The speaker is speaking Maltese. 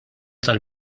tal